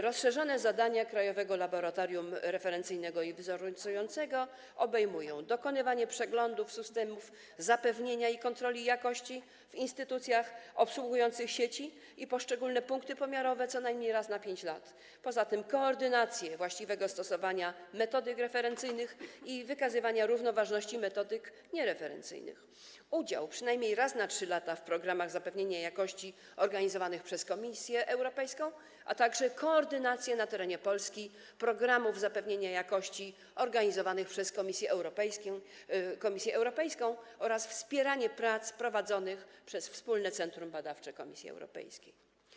Rozszerzone zadania Krajowego Laboratorium Referencyjnego i Wzorcującego obejmują: dokonywanie przeglądów systemów zapewnienia i kontroli jakości w instytucjach obsługujących sieci i poszczególne punkty pomiarowe co najmniej raz na 5 lat; koordynację właściwego stosowania metodyk referencyjnych i wykazywania równoważności metodyk niereferencyjnych; udział przynajmniej raz na 3 lata w programach zapewnienia jakości przygotowywanych przez Komisję Europejską; koordynację na terenie Polski programów zapewnienia jakości przygotowywanych przez Komisję Europejską oraz wspieranie prac prowadzonych przez Wspólne Centrum Badawcze Komisji Europejskiej.